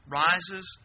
rises